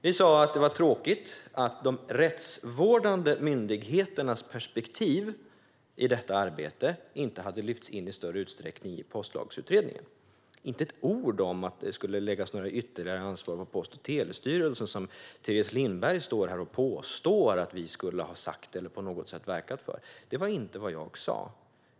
Vi sa att det var tråkigt att de rättsvårdande myndigheternas perspektiv i detta arbete inte hade lyfts in i större utsträckning i Postlagsutredningen. Det var inte ett ord om att det skulle läggas något ytterligare ansvar på Post och telestyrelsen, vilket Teres Lindberg står här och påstår att vi skulle ha sagt eller på något sätt verkat för. Det var inte vad jag sa.